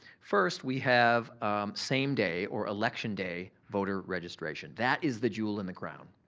first, we have same day or election day voter registration. that is the jewel in the crown.